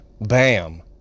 bam